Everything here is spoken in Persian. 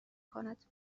کند